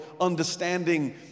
understanding